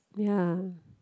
ya